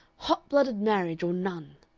hot-blooded marriage or none!